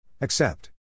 Accept